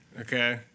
okay